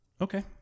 Okay